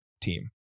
team